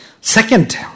Second